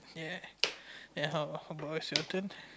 ya ya how about is your turn